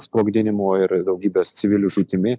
sprogdinimo ir daugybės civilių žūtimi